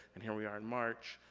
and here we are in march,